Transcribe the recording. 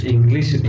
English